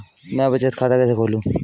मैं बचत खाता कैसे खोलूं?